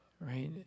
right